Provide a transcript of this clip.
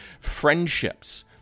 friendships